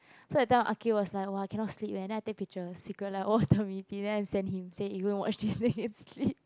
so that time Akeel was like !wah! cannot sleep leh then I take picture secret lah oh then i send him say you go and watch then he can sleep